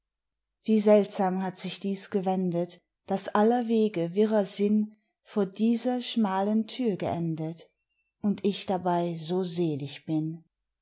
wie seltsam hat sich dies gewendet daß aller wege wirrer sinn vor dieser schmalen tür geendet und ich dabei so selig bin